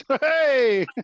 Hey